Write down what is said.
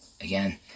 Again